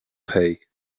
pay